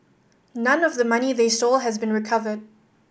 none of the money they stole has been recovered